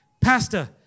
Pastor